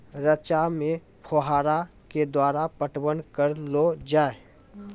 रचा मे फोहारा के द्वारा पटवन करऽ लो जाय?